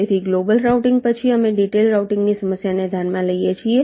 તેથી global routing પછી અમે ડિટેઇલ્ડ રાઉટીંગની સમસ્યાને ધ્યાનમાં લઈએ છીએ